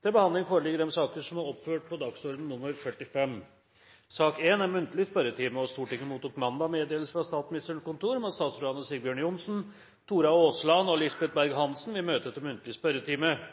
Stortinget mottok mandag meddelelse fra Statsministerens kontor om at statsrådene Sigbjørn Johnsen, Tora Aasland og Lisbeth Berg-Hansen vil møte til muntlig spørretime.